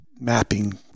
mapping